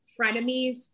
frenemies